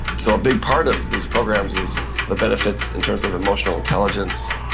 so a big part of these programs is the benefits in terms of emotional intelligence,